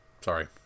Sorry